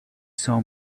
saw